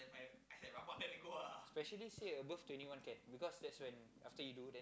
especially say above twenty one can because that's when after you do